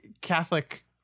Catholic